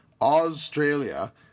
Australia